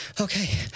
okay